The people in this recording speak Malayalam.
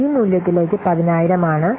ഈ മൂല്യത്തിലേക്ക് 10000 ആണ്